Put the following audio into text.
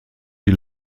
die